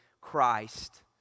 Christ